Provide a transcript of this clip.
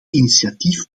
initiatief